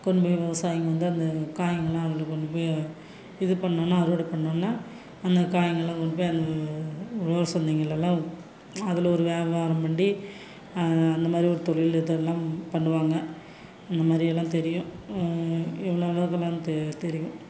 கொண்டு போய் விவசாயிங்க வந்து அந்த காய்கள் எல்லாம் அதில் கொண்டு போய் இது பண்ணோன்னா அறுவடை பண்ணோன்னா அந்த காய்கள் எல்லாம் கொண்டு போய் அந்த உழவர் சந்தைகளெல்லாம் அதில் ஒரு வியாபாரம் பண்ணி அந்த மாதிரி ஒரு தொழில் இதெல்லாம் பண்ணுவாங்க இந்த மாதிரி எல்லாம் தெரியும் இவ்வளோ தான் அதெலாம் தெ தெரியும்